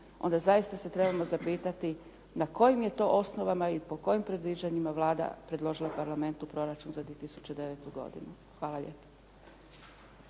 onda zaista se trebamo zapitati na kojim je to osnovama i po kojim predviđanjima Vlada predložila proračun za 2009. godinu. Hvala lijepo.